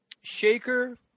Shaker